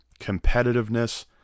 competitiveness